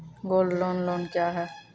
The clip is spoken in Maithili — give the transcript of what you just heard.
गोल्ड लोन लोन क्या हैं?